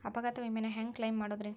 ಅಪಘಾತ ವಿಮೆನ ಹ್ಯಾಂಗ್ ಕ್ಲೈಂ ಮಾಡೋದ್ರಿ?